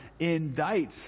indicts